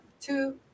two